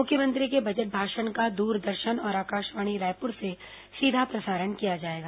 मुख्यमंत्री के बजट भाषण का दूरदर्शन और आकाशवाणी रायपुर से सीधा प्रसारण किया जाएगा